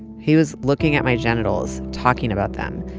he was looking at my genitals, talking about them,